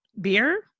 beer